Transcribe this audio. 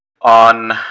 on